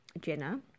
Jenna